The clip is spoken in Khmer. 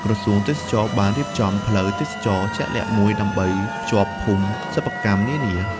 ក្រសួងទេសចរណ៍បានរៀបចំ ផ្លូវទេសចរណ៍ ជាក់លាក់មួយដើម្បីភ្ជាប់ភូមិសិប្បកម្មនានា។